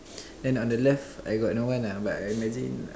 and on the left I got no one lah but I imagine